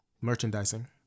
merchandising